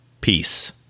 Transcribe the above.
Peace